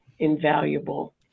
invaluable